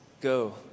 go